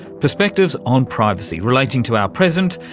perspectives on privacy relating to our present,